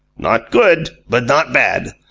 not good, but not bad.